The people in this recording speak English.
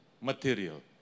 material